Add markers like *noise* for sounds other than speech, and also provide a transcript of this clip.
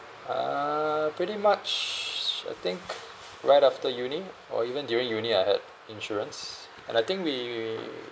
uh pretty much *noise* I think right after uni or even during uni I had insurance and I think we